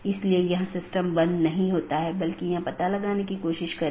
तो यह network layer reachability की जानकारी है